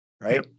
Right